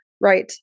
Right